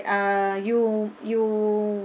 uh you you